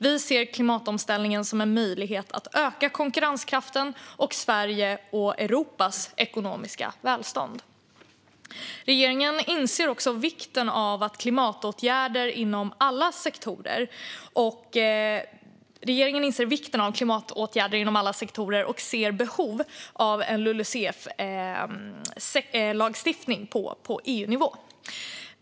Vi ser klimatomställningen som en möjlighet att öka konkurrenskraften och Sveriges och Europas ekonomiska välstånd. Regeringen inser också vikten av klimatåtgärder inom alla sektorer och ser behov av en LULUCF-lagstiftning på EU-nivå.